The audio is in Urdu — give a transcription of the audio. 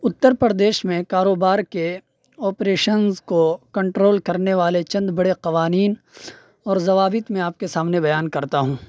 اتّر پردیش میں کاروبار کے آپریشنز کو کنٹرول کرنے والے چند بڑے قوانین اور ضوابط میں آپ کے سامنے بیان کرتا ہوں